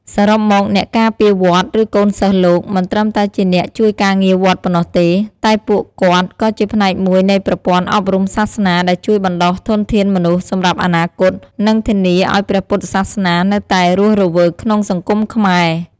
សរុបមក អ្នកការពារវត្ត ឬកូនសិស្សលោក មិនត្រឹមតែជាអ្នកជួយការងារវត្តប៉ុណ្ណោះទេ តែពួកគាត់ក៏ជាផ្នែកមួយនៃប្រព័ន្ធអប់រំសាសនាដែលជួយបណ្ដុះធនធានមនុស្សសម្រាប់អនាគត និងធានាឱ្យព្រះពុទ្ធសាសនានៅតែរស់រវើកក្នុងសង្គមខ្មែរ។